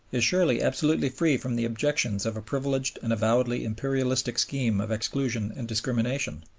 is surely absolutely free from the objections of a privileged and avowedly imperialistic scheme of exclusion and discrimination.